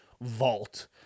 vault